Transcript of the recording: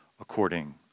according